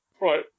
Right